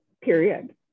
period